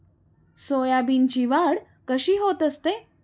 सोयाबीनची वाढ कशी होत असते?